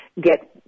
get